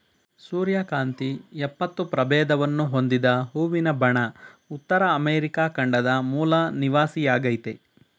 ಸೂರ್ಯಕಾಂತಿ ಎಪ್ಪತ್ತು ಪ್ರಭೇದವನ್ನು ಹೊಂದಿದ ಹೂವಿನ ಬಣ ಉತ್ತರ ಅಮೆರಿಕ ಖಂಡದ ಮೂಲ ನಿವಾಸಿಯಾಗಯ್ತೆ